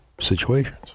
situations